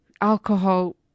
alcohol